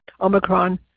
Omicron